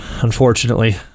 unfortunately